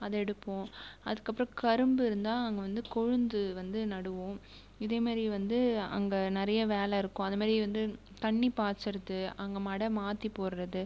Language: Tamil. அதை எடுப்போம் அதுக்கப்புறம் கரும்பு இருந்தால் அங்கே வந்து கொளுந்து வந்து நடுவோம் இதேமாதிரி வந்து அங்கே நிறைய வேலை இருக்கும் அதுமாதிரி வந்துதண்ணி பாய்ச்சறது அங்கே மட மாற்றி போட்டுறது